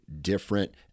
different